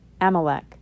Amalek